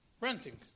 renting